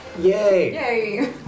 Yay